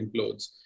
implodes